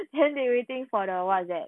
then they waiting for the what's that